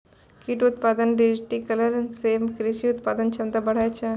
कृषि उत्पादन मे डिजिटिकरण से कृषि उत्पादन क्षमता बढ़ै छै